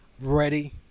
ready